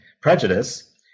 prejudice